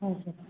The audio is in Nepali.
हुन्छ हुन्छ